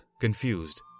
confused